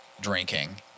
drinking